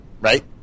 Right